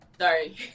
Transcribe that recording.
Sorry